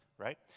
right